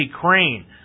Crane